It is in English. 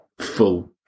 Full